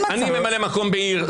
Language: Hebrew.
אני ממלא-מקום בעיר?